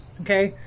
Okay